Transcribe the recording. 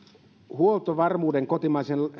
huoltovarmuuden ja kotimaisen